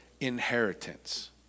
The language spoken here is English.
inheritance